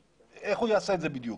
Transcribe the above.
איך הוא יעשה את זה בדיוק?